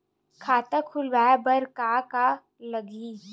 खाता खुलवाय बर का का लगही?